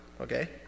okay